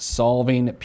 solving